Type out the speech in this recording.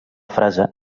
fase